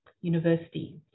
University